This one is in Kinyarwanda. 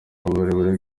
uburebure